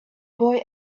boy